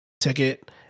ticket